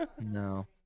no